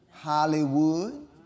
Hollywood